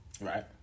Right